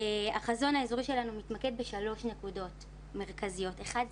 החזון האזורי שלנו מתמקד בשלוש נקודות מרכזיות: אחד,